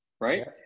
right